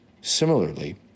Similarly